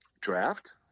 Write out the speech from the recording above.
Draft